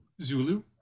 zulu